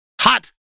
hot